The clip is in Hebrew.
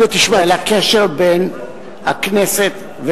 כשמדובר בכנסת,